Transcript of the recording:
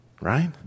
Right